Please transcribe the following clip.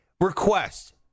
request